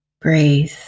breathe